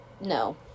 No